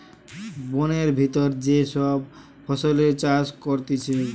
বোনের ভিতর যে সব ফসলের চাষ করতিছে